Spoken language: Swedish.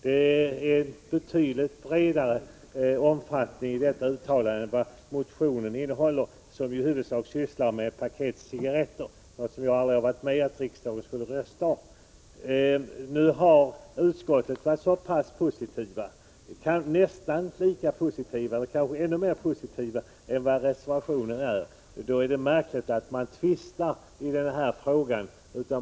Detta uttalande är betydligt vidare än motionens krav, som i huvudsak avser ett paket cigarretter per passagerare. Jag har aldrig varit med om att riksdagen röstat om en sådan fråga. Utskottsmajoriteten har nu varit nästan mera positiv än reservanterna, och det är därför märkligt att man tvistar i denna fråga.